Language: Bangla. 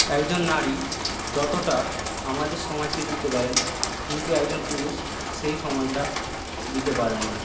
একজন নারী যতটা আমাদের সমাজকে দিতে পারেন কিন্তু একজন পুরুষ সেই সময়টা দিতে পারেন না